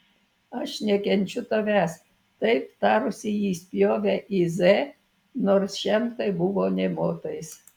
aš nekenčiu tavęs taip tarusi ji spjovė į z nors šiam tai buvo nė motais